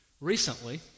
Recently